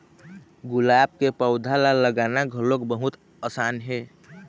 गुलाब के पउधा ल लगाना घलोक बहुत असान हे